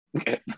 Okay